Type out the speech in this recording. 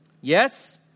Yes